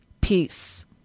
peace